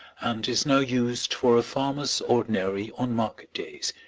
and is now used for a farmer's ordinary on market days,